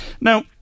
Now